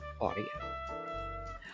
Audio